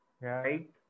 Right